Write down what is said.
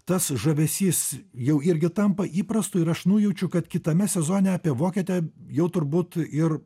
tas žavesys jau irgi tampa įprastu ir aš nujaučiau kad kitame sezone apie vokietę jau turbūt ir